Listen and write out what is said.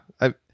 I